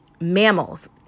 Mammals